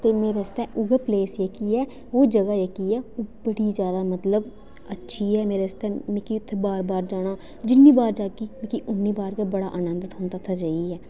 ते मेरे आस्तै उ'ऐ प्लेस जेह्की ऐ ओह् जगह् जेह्की ऐ बड़ी जैदा मतलब अच्छी ऐ मेरे आस्तै मिकी उत्थै बार बार जाना जिन्नी बार जाह्गी मिकी उन्नी बार गै बड़ा नंद औंदा उत्थै जाइयै